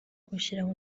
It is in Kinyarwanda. gushyiraho